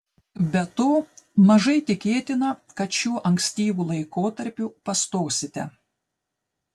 be to mažai tikėtina kad šiuo ankstyvu laikotarpiu pastosite